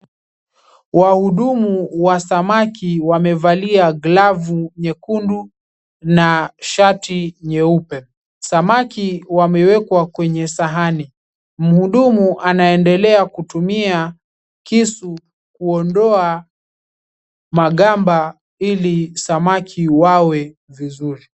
Wahudumu wa samaki wamevalia glavu nyekundu na shati nyeupe. Samaki wamewekwa kwenye sahani, mhudumu anaendelea kutumia kisu kuondoa magamba ili samaki wawe vizuri.